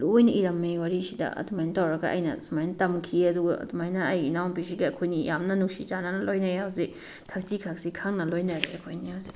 ꯂꯣꯏꯅ ꯏꯔꯝꯃꯦ ꯋꯥꯔꯤꯁꯤꯗ ꯑꯗꯨꯃꯥꯏꯅ ꯇꯧꯔꯒ ꯑꯩꯅ ꯁꯨꯃꯥꯏꯅ ꯇꯝꯈꯤ ꯑꯗꯨꯒ ꯑꯗꯨꯃꯥꯏꯅ ꯑꯩ ꯏꯅꯥꯎꯄꯤꯁꯤꯒ ꯑꯩꯈꯣꯏꯅꯤ ꯌꯥꯝꯅ ꯅꯨꯡꯁꯤ ꯆꯥꯟꯅꯅ ꯂꯣꯏꯅꯩꯌꯦ ꯍꯧꯖꯤꯛ ꯊꯛꯁꯤ ꯈꯥꯁꯤ ꯈꯪꯅ ꯂꯣꯏꯅꯔꯦ ꯑꯩꯈꯣꯏꯅꯤ ꯍꯧꯖꯤꯛ